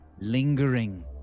Lingering